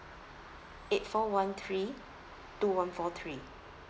eight four one three two one four three